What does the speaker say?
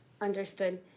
understood